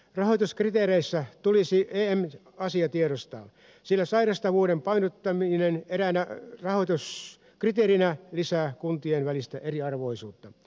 rahoituskriteereissä tulisi edellä mainittu asia tiedostaa sillä sairastavuuden painottaminen eräänä rahoituskriteerinä lisää kuntien välistä eriarvoisuutta